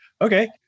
Okay